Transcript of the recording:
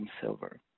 silver